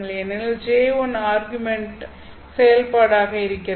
ஏனெனில் J1 argument ன் செயல்பாடாக இருக்கிறது